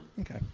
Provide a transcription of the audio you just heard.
Okay